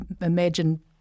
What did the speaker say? imagine